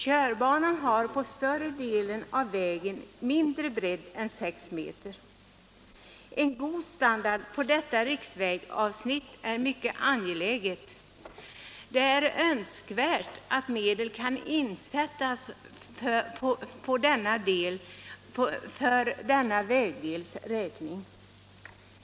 Körbanan har på större delen av vägen mindre bredd än sex meter. En god standard på detta riksvägavsnitt är mycket angelägen. Det är önskvärt att medel kan avsättas för denna vägdels räkning.